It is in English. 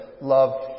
love